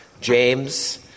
James